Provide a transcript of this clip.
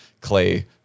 clay